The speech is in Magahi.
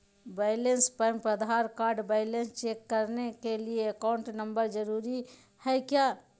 Balance pump Aadhaar card balance check करने के लिए अकाउंट नंबर जरूरी है क्या?